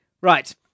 Right